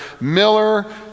Miller